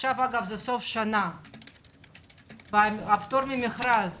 עכשיו זה סוף שנה והפטור ממכרז